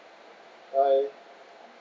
hi